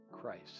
Christ